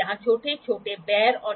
तो यह 27° है और चलिए इसे बनाते हैं